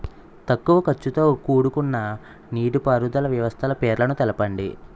తక్కువ ఖర్చుతో కూడుకున్న నీటిపారుదల వ్యవస్థల పేర్లను తెలపండి?